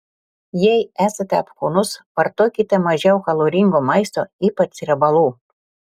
jei esate apkūnus vartokite mažiau kaloringo maisto ypač riebalų